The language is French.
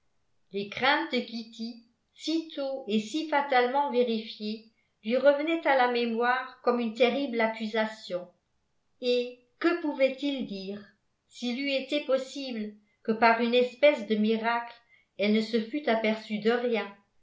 les craintes de kitty si tôt et si fatalement vérifiées lui revenaient à la mémoire comme une terrible accusation et que pouvait-il dire s'il eût été possible que par une espèce de miracle elle ne se fût aperçue de rien